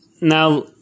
now